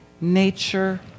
nature